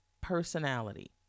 personality